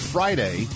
Friday